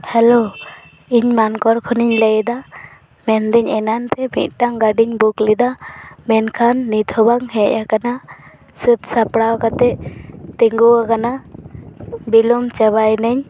hello ᱤᱧ ᱢᱟᱱᱠᱚᱲ ᱠᱷᱚᱱ ᱤᱧ ᱞᱟᱹᱭᱮᱫᱟ ᱢᱮᱱ ᱮᱫᱟᱹᱧ ᱮᱱᱟᱱ ᱨᱮ ᱢᱤᱫᱴᱟᱝ ᱜᱟᱹᱰᱤᱧ ᱵᱩᱠ ᱞᱮᱫᱟ ᱢᱮᱱᱠᱷᱟᱱ ᱱᱤᱛᱦᱚᱸ ᱵᱟᱝ ᱦᱮᱡ ᱟᱠᱟᱱᱟ ᱥᱟᱹᱛ ᱥᱟᱯᱲᱟᱣ ᱠᱟᱛᱮᱫ ᱛᱤᱸᱜᱩᱣᱟᱠᱟᱱᱟ ᱵᱤᱞᱳᱢ ᱪᱟᱵᱟᱭᱮᱱᱟᱹᱧ